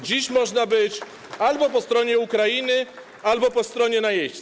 Dziś można być albo po stronie Ukrainy, albo po stronie najeźdźców.